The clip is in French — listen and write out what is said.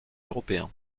européens